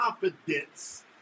confidence